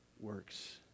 works